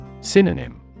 Synonym